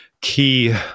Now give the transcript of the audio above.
key